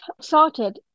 sorted